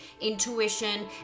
intuition